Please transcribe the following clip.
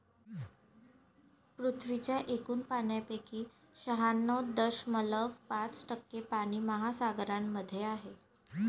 पृथ्वीच्या एकूण पाण्यापैकी शहाण्णव दशमलव पाच टक्के पाणी महासागरांमध्ये आहे